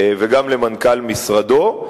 וגם אל מנכ"ל משרדו,